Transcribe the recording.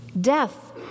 Death